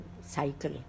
cycle